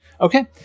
okay